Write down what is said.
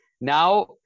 Now